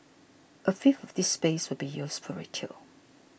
a fifth of this space will be used for retail